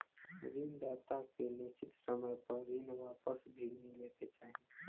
ऋण दाता के निश्चित समय पर ऋण वापस भी मिले के चाही